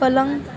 पलंग